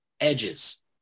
edges